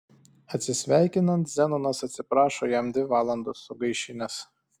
atsisveikinant zenonas atsiprašo jam dvi valandas sugaišinęs